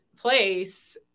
place